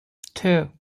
two